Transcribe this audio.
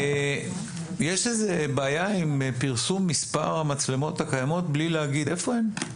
יש איזו בעיה עם פרסום מספר המצלמות הקיימות בלי להגיד היכן הן?